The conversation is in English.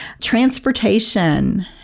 transportation